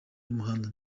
y’umuhanda